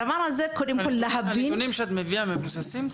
להבין את הדבר הזה --- הנתונים שאת מביאה מבוססים,